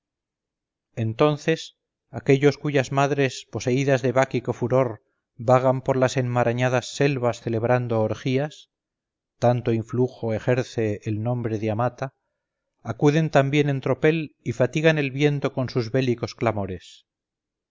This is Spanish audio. entonces aquellos cuyas madres poseídas de báquico furor vagan por las enmarañadas selvas celebrando orgías tanto influjo ejerce el nombre de amata acuden también en tropel y fatigan el viento con sus bélicos clamores